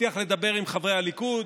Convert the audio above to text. הבטיח לדבר עם חברי הליכוד.